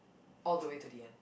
all the way to the end